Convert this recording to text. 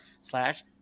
slash